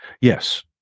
Yes